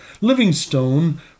Livingstone